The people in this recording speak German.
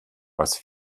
was